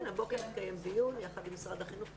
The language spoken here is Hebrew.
כן, הבוקר התקיים דיון יחד עם משרד החינוך.